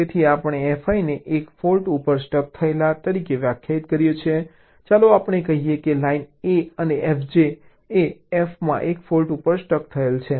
તેથી આપણે fi ને 1 ફોલ્ટ ઉપર સ્ટક થયેલા તરીકે વ્યાખ્યાયિત કરીએ છીએ ચાલો આપણે કહીએ કે લાઈન A અને fj એ f માં 1 ફોલ્ટ ઉપર સ્ટક થયેલ છે